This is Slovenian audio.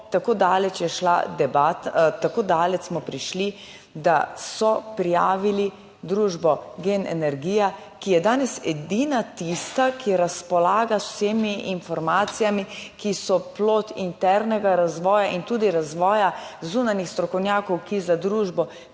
tako daleč je šla debata, tako daleč smo prišli. da so prijavili družbo Gen energija, ki je danes edina tista, ki razpolaga z vsemi informacijami, ki so plod internega razvoja in tudi razvoja zunanjih strokovnjakov, ki za družbo